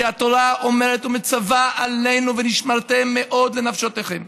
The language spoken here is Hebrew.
שהתורה אומרת ומצווה עלינו "ונשמרתם מאוד לנפשותיכם".